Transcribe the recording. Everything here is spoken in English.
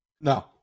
No